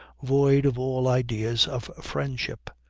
void of all ideas of friendship.